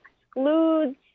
excludes